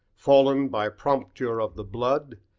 fallen by prompture of the blood,